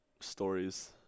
stories